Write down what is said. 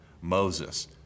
Moses